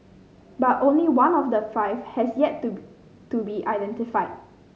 but only one of the five has yet to be to be identified